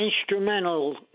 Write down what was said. instrumental